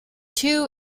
two